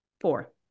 Four